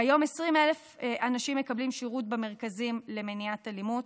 כיום 20,000 אנשים מקבלים שירות במרכזים למניעת אלימות,